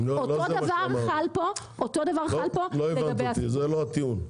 אותו דבר חל פה לגבי --- לא הבנת אותי זה לא הטיעון,